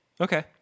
Okay